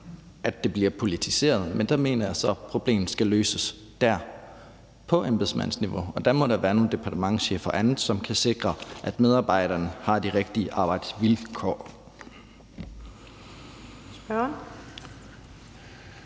at det bliver politiseret. Men der mener jeg så, at problemet skal løses på embedsmandsniveau, og der må der være nogle departementschefer og andre, som kan sikre, at medarbejderne har de rigtige arbejdsvilkår.